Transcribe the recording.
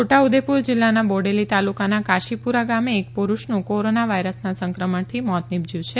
છોટાઉદેપુર જિલ્લાના બોડેલી તાલુકાના કાશીપુરા ગામે એક પુરૂષનું કોરોના વાયરસના સંક્રમણથી મોત નીપશ્ચું છે